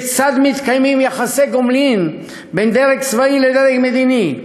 כיצד מתקיימים יחסי גומלין בין הדרג הצבאי לדרג המדיני,